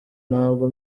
ntabwo